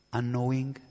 unknowing